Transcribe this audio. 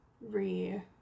re-